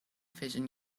vision